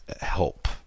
help